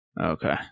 Okay